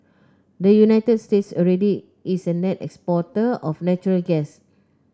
the United States already is a net exporter of natural gas